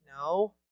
no